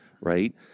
right